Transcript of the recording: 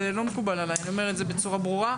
זה לא מקובל עליי אני אומר את זה בצורה ברורה.